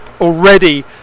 already